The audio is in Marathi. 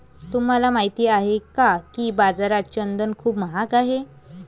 तुम्हाला माहित आहे का की बाजारात चंदन खूप महाग आहे?